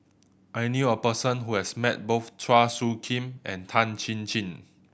I knew a person who has met both Chua Soo Khim and Tan Chin Chin